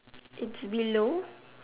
in the below